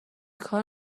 کار